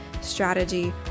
strategy